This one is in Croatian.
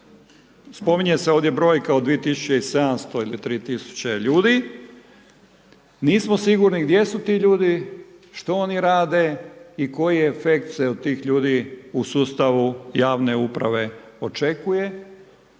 spominje se ovdje brojka od 2700 ili 3000 ljudi. Nismo sigurni gdje su ti ljudi, što oni rade i koji efekt se od tih ljudi u sustavu javne uprave očekuje.